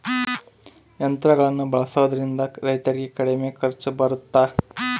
ಯಂತ್ರಗಳನ್ನ ಬಳಸೊದ್ರಿಂದ ರೈತರಿಗೆ ಕಡಿಮೆ ಖರ್ಚು ಬರುತ್ತಾ?